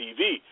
TV